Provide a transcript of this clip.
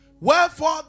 Wherefore